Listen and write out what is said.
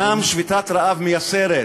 אומנם שביתת רעב מייסרת,